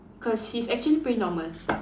cause he's actually pretty normal